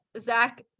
Zach